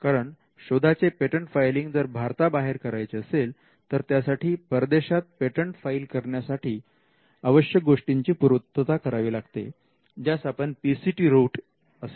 कारण शोधांचे patent filing जर भारता बाहेर करायचे असेल तर त्यासाठी परदेशात पेटंट फाईल करण्यासाठी आवश्यक गोष्टींची पूर्तता करावी लागते ज्यास आपण PCT route असे म्हणतो